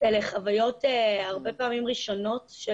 הרבה פעמים אלה חוויות ראשוניות של